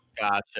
Gotcha